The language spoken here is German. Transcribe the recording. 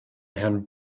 herrn